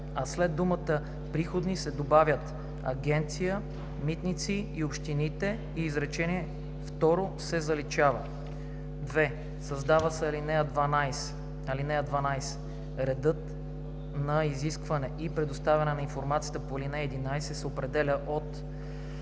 а след думата „приходите“ се добавят „Агенция „Митници“ и общините“ и изречение второ се заличава. 2. Създава се ал. 12: „(12) Редът за изискване и предоставяне на информацията по ал. 11 се определя от: